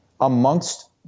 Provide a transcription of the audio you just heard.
amongst